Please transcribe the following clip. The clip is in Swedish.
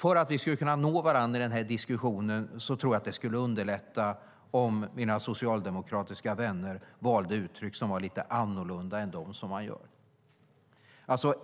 Om vi ska kunna nå varandra i den här diskussionen tror jag att det skulle underlätta om mina socialdemokratiska vänner valde uttryck som är lite annorlunda än dem som man använder.